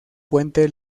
puente